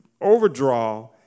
overdraw